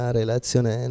relazione